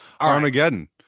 Armageddon